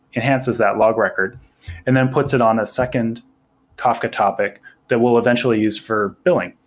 enhances that log record and then puts it on a second kafka topic that will eventually use for billing,